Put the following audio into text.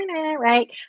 right